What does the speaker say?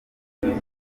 umva